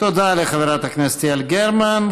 תודה לחברת הכנסת יעל גרמן.